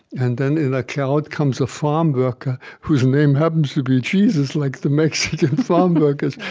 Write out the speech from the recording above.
and then in a cloud comes a farm worker whose name happens to be jesus, like the mexican farm workers,